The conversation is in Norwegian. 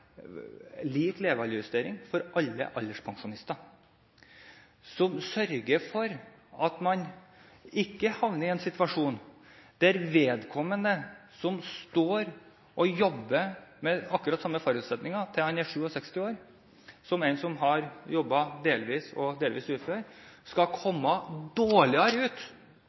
lik levealdersjustering for alle alderspensjonister, som sørger for at man ikke havner i en situasjon der en som jobber til han er 67 år, med akkurat de samme forutsetningene som en som har jobbet delvis og er delvis ufør, kommer dårligere ut